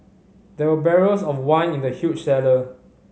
there were barrels of wine in the huge cellar